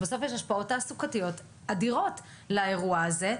בסוף יש השפעות תעסוקתיות אדירות לאירוע הזה.